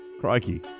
Crikey